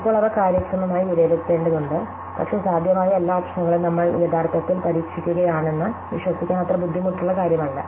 ഇപ്പോൾ അവ കാര്യക്ഷമമായി വിലയിരുത്തേണ്ടതുണ്ട് പക്ഷേ സാധ്യമായ എല്ലാ ഓപ്ഷനുകളും നമ്മൾ യഥാർത്ഥത്തിൽ പരീക്ഷിക്കുകയാണെന്ന് വിശ്വസിക്കാൻ അത്ര ബുദ്ധിമുട്ടുള്ള കാര്യമല്ല